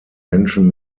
menschen